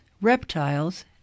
reptiles